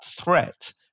threat